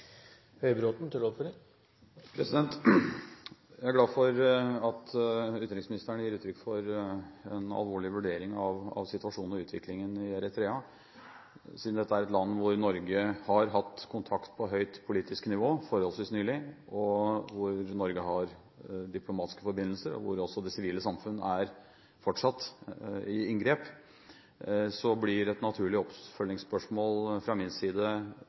Jeg er glad for at utenriksministeren gir uttrykk for en alvorlig vurdering av situasjonen og utviklingen i Eritrea. Siden dette er et land hvor Norge har hatt kontakt på høyt politisk nivå forholdsvis nylig, hvor Norge har diplomatiske forbindelser, og hvor det sivile samfunn fortsatt er i inngrep, blir et naturlig oppfølgingsspørsmål fra min side